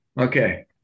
Okay